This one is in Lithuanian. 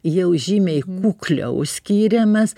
jau žymiai kukliau skyrėmės